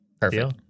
perfect